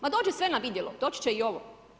Pa dođe sve na vidjelo, doći će i ovo.